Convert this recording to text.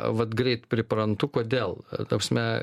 vat greit priprantu kodėl ta prasme